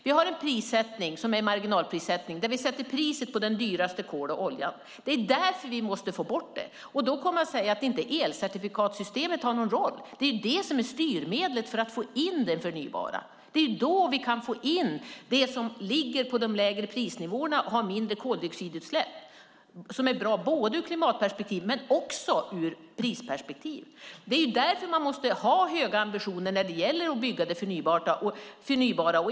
Vi har en prissättning som är en marginalprissättning, det vill säga att det är priset på det dyraste kolet och den dyraste oljan som styr. Det är därför vi måste få bort dem. Att då komma och säga att inte elcertifikatssystemet spelar någon roll, när det är det som är styrmedlet för att få in det förnybara. Det är då vi kan få in det som ligger på de lägre prisnivåerna och har mindre koldioxidutsläpp, som är bra både ur klimatperspektiv och ur prisperspektiv. Det är därför man måste ha höga ambitioner när det gäller att bygga för förnybar energi.